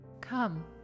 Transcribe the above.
Come